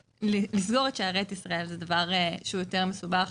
לסגור את שערי ישראל זה משהו שהוא יותר מסובך.